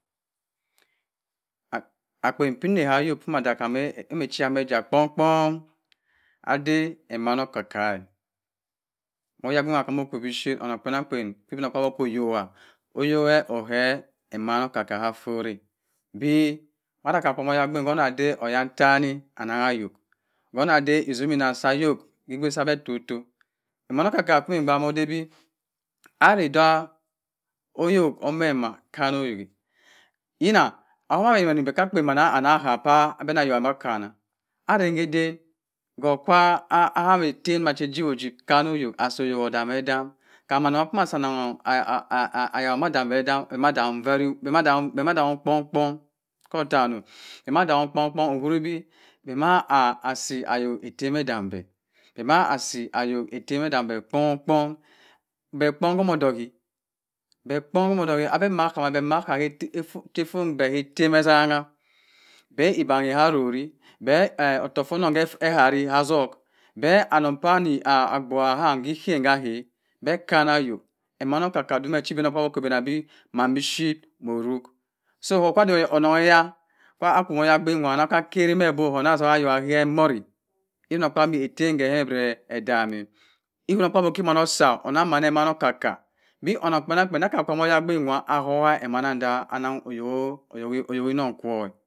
Akpen ki na ka ayok kẹ ma odak-o echa-i echa ada emanna oka-ka, oyabin nwa mo komma biphyit onnon kpanannkpa ibinakpaabyi okamo oyoma, oyoke ohẹ akpen oka-ka ma tot a bi mada ma aku mo oyobin ovantani ananna ayok, ko ma da azumi na kwa ayok sade totto, omanna okaka chi iminn baat oda bi, oyok omema, yina, kwa abẹ ayok akanna apirir ka aden ko kwa aham etem ja ojiwi oji kanna oyọk asi oyok odeme odom ayak hama si ayok odam-de dam, bẹ ma dam ko bọng-bọng owuri bi bẹ ma si si ayok etem edam bẹy bẹ ma asi ayok etem edam. be kpon-kpon be kpon bẹ ma odoki, abe amaka bẹ maka ka afon bẹ ka etem ezanna bẹ ibaghi ka arori bẹ ottokh fo onnon ka azuk be annon ka ni abyubha aham ki ikam ka aha bẹ akari ayok emanna okka dọ mẹ chi ibinokpadbyi obẹnd bi morok so ka kwa ada onnong kẹhẹ ka ku ma oyabin k nwa anna kari mẹ, ku anna atsima ayok aha emori ibinokpaabyi ettem ke ono bire odami-a ibinokpaabyi oki ma osa onnon ma emanna okka-k a bi onnon kpanannkpa aka ku ma oyabik nwa ahowa emanna nwa annan oyok mino kwa